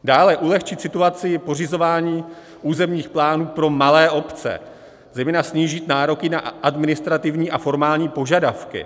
Dále ulehčit situaci pořizování územních plánů pro malé obce, zejména snížit nároky na administrativní a formální požadavky.